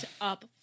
up